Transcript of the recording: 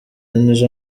nizo